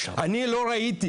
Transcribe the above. לא ראיתי